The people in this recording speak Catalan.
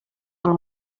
pel